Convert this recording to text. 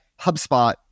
HubSpot